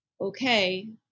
okay